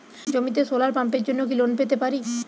জমিতে সোলার পাম্পের জন্য কি লোন পেতে পারি?